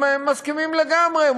הם מסכימים לגמרי.